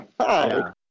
hi